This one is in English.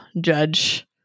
judge